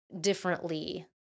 differently